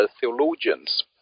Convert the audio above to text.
theologians